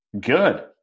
Good